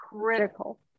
critical